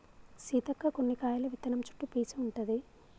సీతక్క కొన్ని కాయల విత్తనం చుట్టు పీసు ఉంటది